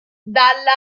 dalla